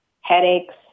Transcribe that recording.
headaches